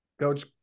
Coach